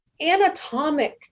anatomic